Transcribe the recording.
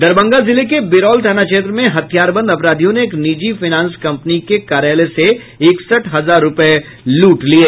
दरभंगा जिले के बिरौल थाना क्षेत्र में हथियारबंद अपराधियों ने एक निजी फाइनेंस कम्पनी के कार्यालय से इकसठ हजार रुपये लूट लिये